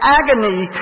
agony